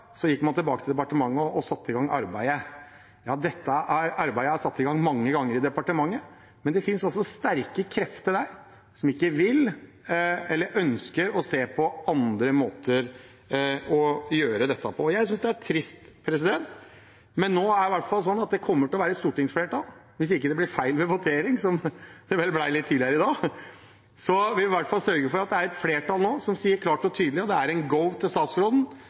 gikk man tilbake til departementet og satte i gang arbeidet. Ja, dette arbeidet er satt i gang mange ganger i departementet, men det finnes også sterke krefter der som ikke vil eller ønsker å se på andre måter å gjøre dette på. Jeg synes det er trist, men nå er det i hvert fall sånn at det kommer til å bli et stortingsflertall, hvis det ikke blir feil ved voteringen, som det vel ble litt tidligere i dag. Vi vil i hvert fall sørge for at det er et flertall nå som sier klart og tydelig at dette er en «go» til statsråden.